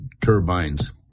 turbines